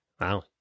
Wow